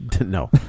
no